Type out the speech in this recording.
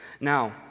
Now